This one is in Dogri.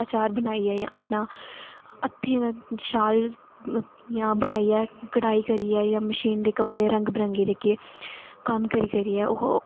आचार बनाइयै अपना हत्थें दा शाल बनाइयै जां इं'या करियै शैल कढ़ाई करियै ते इं'दे रंग बिरंगे कपड़े जेह्के ओह् कम्म करियै